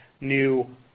new